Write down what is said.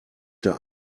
der